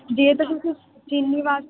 ਜੇ ਤਾਂ ਤੁਸੀਂ ਚੀਨੀ ਵਾਸਤੇ